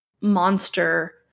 monster